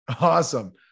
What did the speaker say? Awesome